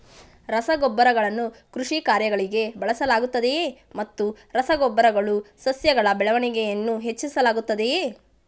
ರಸಗೊಬ್ಬರಗಳನ್ನು ಕೃಷಿ ಕಾರ್ಯಗಳಿಗೆ ಬಳಸಲಾಗುತ್ತದೆಯೇ ಮತ್ತು ರಸ ಗೊಬ್ಬರಗಳು ಸಸ್ಯಗಳ ಬೆಳವಣಿಗೆಯನ್ನು ಹೆಚ್ಚಿಸುತ್ತದೆಯೇ?